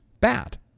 bad